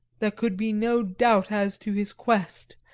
there could be no doubt as to his quest,